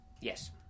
Yes